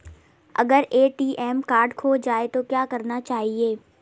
अगर ATM card खो जाए तो क्या करना चाहिए?